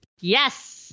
Yes